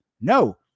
No